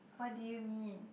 what do you mean